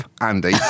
Andy